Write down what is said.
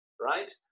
right